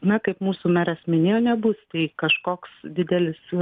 na kaip mūsų meras minėjo nebus tai kažkoks didelis